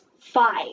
Five